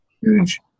huge